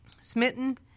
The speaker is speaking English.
smitten